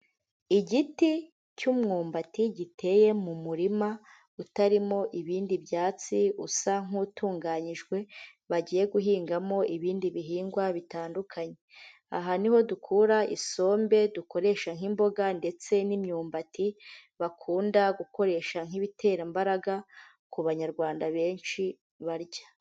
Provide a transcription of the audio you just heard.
Igiti cy'umwumbati giteye mu murima utarimo ibindi byatsi usa nk'utunganyijwe bagiye guhingamo ibindi bihingwa bitandukanye, aha niho dukura isombe dukoresha nk'imboga ndetse n'imyumbati bakunda gukoresha nk'ibiterambaraga ku banyarwanda benshi barya.